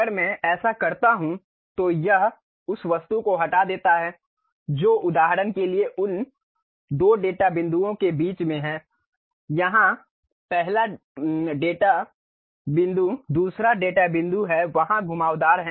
अगर मैं ऐसा करता हूं तो यह उस वस्तु को हटा देता है जो उदाहरण के लिए उन दो डेटा बिंदुओं के बीच में है यहां पहला डेटा बिंदु दूसरा डेटा बिंदु है वहां घुमावदार है